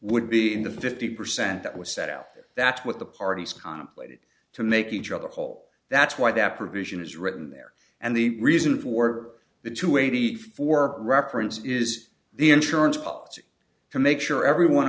would be in the fifty percent that was set out that's what the parties contemplated to make each other whole that's why that provision is written there and the reason for the two eighty four reference is the insurance policy to make sure everyone